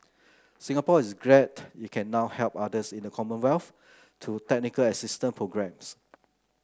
Singapore is glad it can now help others in the commonwealth through technical assistance programmes